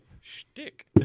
Shtick